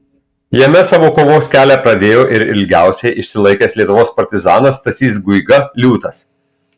jame savo kovos kelią pradėjo ir ilgiausiai išsilaikęs lietuvos partizanas stasys guiga liūtas